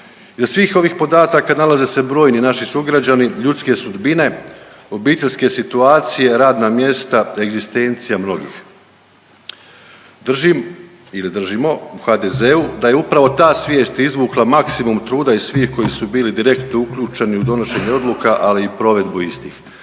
iza svih ovih podataka nalaze se brojni naši sugrađani, ljudske sudbine, obiteljske situacije, radna mjesta i egzistencija mnogih. Držim i da držimo u HDZ-u da je upravo ta svijest izvukla maksimum truda iz svih koji su bili direkt uključeni u donošenje odluka, ali i provedbu istih.